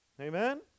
Amen